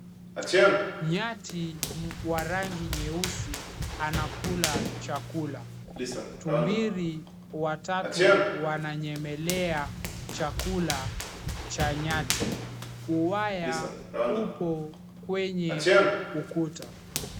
Nyati wa rangi nyeusi anakula chakula. Tumbili wawili wananyemelea chakula cha nyati. Uwaya upo kwenye ukuta.